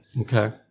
okay